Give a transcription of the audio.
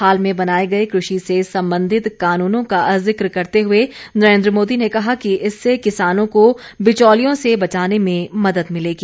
हाल में बनाए गए कृषि से संबंधित कानूनों का जिक्र करते हुए नरेंद्र मोदी ने कहा कि इससे किसानों को बिचौलियों से बचाने में मदद मिलेगी